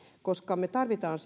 koska me tarvitsemme